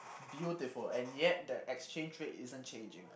beautiful and yet the exchange rate isn't changing